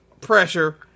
pressure